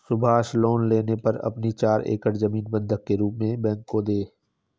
Subhash loan लेने पर अपनी चार एकड़ जमीन बंधक के रूप में बैंक को दें